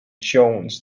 jones